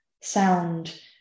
sound